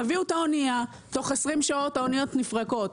תביאו את האוניה, תוך 20 שעות האוניות נפרקות.